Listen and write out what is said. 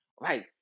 right